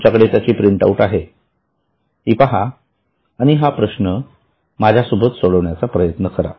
तुमच्याकडे त्याची print out आहे ती पहा आणि हा प्रश्न माझ्यासोबत सोडवण्याचा प्रयत्न करा